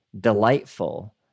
delightful